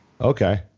Okay